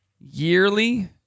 Yearly